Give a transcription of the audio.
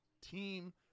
team